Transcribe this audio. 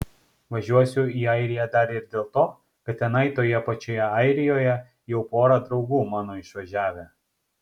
važiuosiu į airiją dar ir dėl to kad tenai toje pačioje airijoje jau pora draugų mano išvažiavę